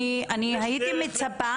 יש דרך לבדוק את ההחלטה שלנו.